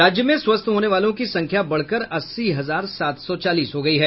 राज्य में स्वस्थ होने वालों की संख्या बढ़कर अस्सी हजार सात सौ चालीस हो गयी है